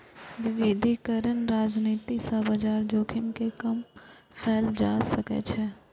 विविधीकरण रणनीति सं बाजार जोखिम कें कम कैल जा सकै छै